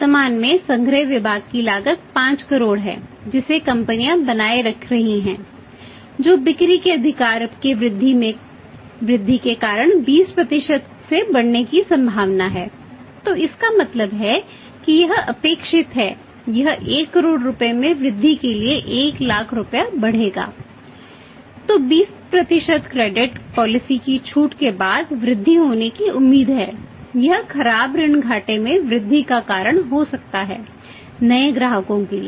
वर्तमान में संग्रह विभाग की लागत 5 करोड़ है जिसे कंपनी में छूट के बाद वृद्धि होने की उम्मीद है यह खराब ऋण घाटे में वृद्धि का कारण हो सकता है नए ग्राहकों के लिए